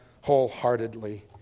wholeheartedly